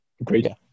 Agreed